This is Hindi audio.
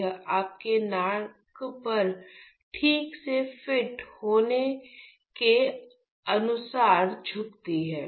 यह आपके नाक पर ठीक से फिट होने के अनुसार झुकती है